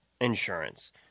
insurance